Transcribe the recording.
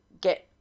get